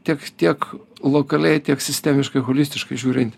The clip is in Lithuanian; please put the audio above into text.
tiek tiek lokaliai tiek sistemiškai holistiškai žiūrint